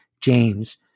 James